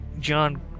John